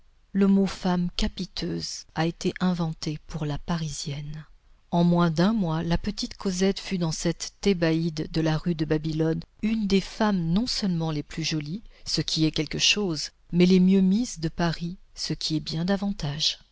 le mot femme capiteuse a été inventé pour la parisienne en moins d'un mois la petite cosette fut dans cette thébaïde de la rue de babylone une des femmes non seulement les plus jolies ce qui est quelque chose mais les mieux mises de paris ce qui est bien davantage